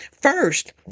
First